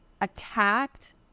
attacked